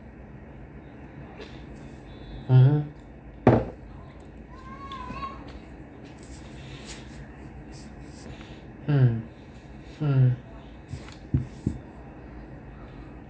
mmhmm mm mm